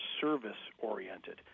service-oriented